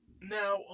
Now